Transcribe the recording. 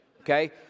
okay